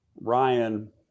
Ryan